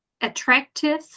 attractive